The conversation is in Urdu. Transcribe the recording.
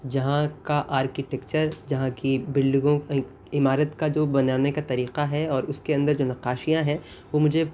جہاں کا آرکیٹیکچر جہاں کی بلڈنگوں عمارت کا جو بنانے کا طریقہ ہے اور اس کے اندر جو نقاشیاں ہیں وہ مجھے